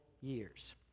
years